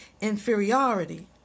inferiority